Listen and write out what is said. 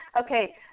Okay